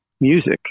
music